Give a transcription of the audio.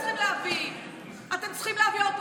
אתם צריכים להביא, האופוזיציה.